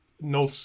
no